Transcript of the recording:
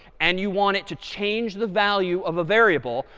and you want it to change the value of a variable,